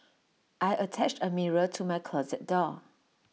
I attached A mirror to my closet door